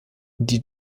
die